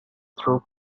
through